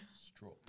Straw